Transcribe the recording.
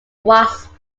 wasp